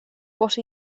what